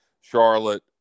Charlotte